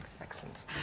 Excellent